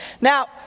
now